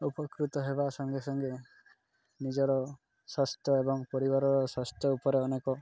ଉପକୃତ ହେବା ସଙ୍ଗେ ସଙ୍ଗେ ନିଜର ସ୍ୱାସ୍ଥ୍ୟ ଏବଂ ପରିବାରର ସ୍ୱାସ୍ଥ୍ୟ ଉପରେ ଅନେକ